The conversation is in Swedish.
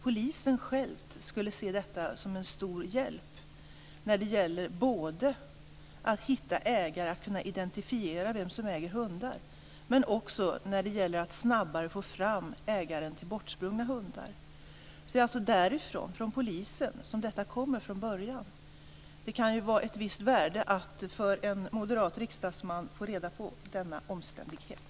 Polisen skulle se detta som en stor hjälp när det gäller både att identifiera vem som äger en hund men också när det gäller att snabbare få fram ägaren till bortsprungna hundar. Det är från polisen som förslaget kommer från början. Det kan vara av ett visst värde för en moderat riksdagsman att få reda på denna omständighet.